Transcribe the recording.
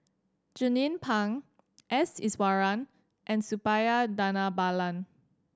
Jernnine Pang S Iswaran and Suppiah Dhanabalan